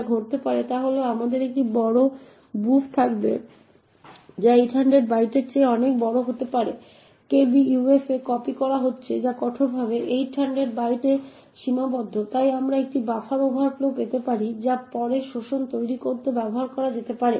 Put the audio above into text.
যা ঘটতে পারে তা হল আমাদের একটি বড় বুফ থাকবে যা 800 বাইটের চেয়ে অনেক বড় হতে পারে kbuf এ কপি করা হচ্ছে যা কঠোরভাবে 800 বাইটে সীমাবদ্ধ তাই আমরা একটি বাফার ওভারফ্লো পেতে পারি যা পরে শোষণ তৈরি করতে ব্যবহার করা যেতে পারে